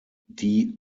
die